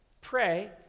pray